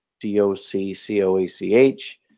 D-O-C-C-O-A-C-H